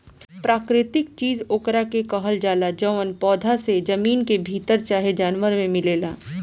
प्राकृतिक चीज ओकरा के कहल जाला जवन पौधा से, जमीन के भीतर चाहे जानवर मे मिलेला